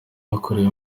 byakorewe